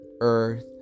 Earth